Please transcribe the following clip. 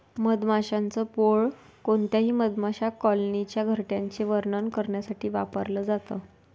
मधमाशांच पोळ कोणत्याही मधमाशा कॉलनीच्या घरट्याचे वर्णन करण्यासाठी वापरल जात